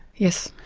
yes.